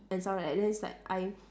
and stuff like that then it's like I